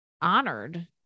honored